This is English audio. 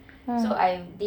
mm